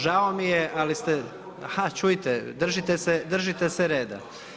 Žao mi je, ali ste … [[Upadica se ne čuje.]] A čujte, držite se reda.